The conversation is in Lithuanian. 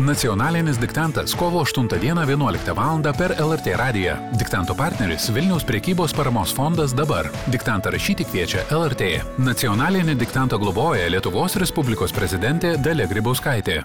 nacionalinis diktantas kovo aštuntą dieną vienuoliktą valandą per lrt radiją diktanto partneris vilniaus prekybos paramos fondas dabar diktantą rašyti kviečia lrt nacionalinį diktantą globoja lietuvos respublikos prezidentė dalia grybauskaitė